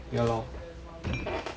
ya lor